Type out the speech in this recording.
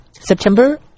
September